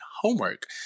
homework